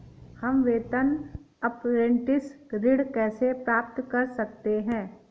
हम वेतन अपरेंटिस ऋण कैसे प्राप्त कर सकते हैं?